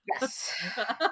Yes